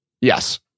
Yes